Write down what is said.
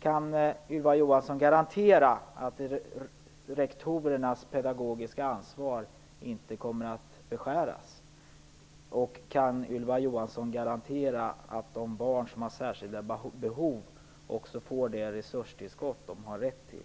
Kan Ylva Johansson garantera att rektorernas pedagogiska ansvar inte kommer att beskäras? Kan Ylva Johansson garantera att de barn som har särskilda behov också får det resurstillskott de har rätt till?